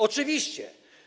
Oczywiście.